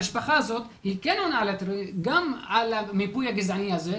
המשפחה הזאת כן עונה גם על המיפוי הגזעני הזה,